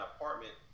apartment